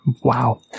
Wow